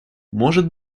может